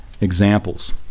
examples